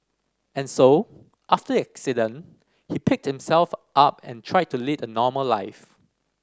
and so after the accident he picked himself up and tried to lead a normal life